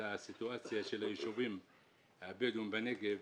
הסיטואציה של היישובים הבדואים בנגב,